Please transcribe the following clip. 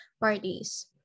parties